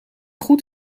goed